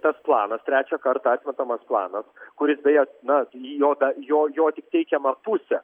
tas planas trečią kartą atmetamas planas kuris beje na jo da jo jo tik teikiama pusė